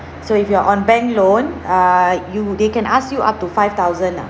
so if you are on bank loan err you they can ask you up to five thousand lah